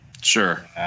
Sure